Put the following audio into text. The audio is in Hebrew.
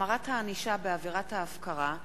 (החמרת הענישה בעבירת ההפקרה),